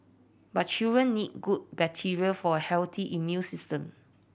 but children need good bacteria for a healthy immune system